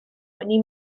whitney